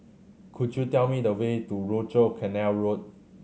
could you tell me the way to Rochor Canal Road